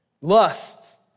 Lust